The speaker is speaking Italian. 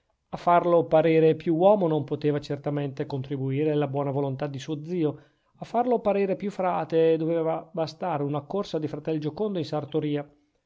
a farlo parere più uomo non poteva certamente contribuire la buona volontà di suo zio a farlo parere più frate doveva bastare una corsa di fratel giocondo in sartoria